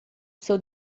seu